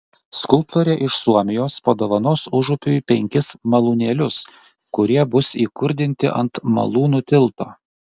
skulptorė iš suomijos padovanos užupiui penkis malūnėlius kurie bus įkurdinti ant malūnų tilto